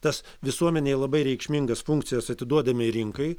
tas visuomenei labai reikšmingas funkcijas atiduodami rinkai